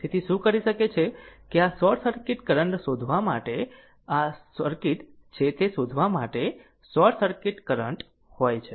તેથી શું કરી શકે છે કે આ શોર્ટ સર્કિટ કરંટ શોધવા માટે આ સર્કિટ છે તે શોધવા માટે શોર્ટ સર્કિટ કરંટ હોય છે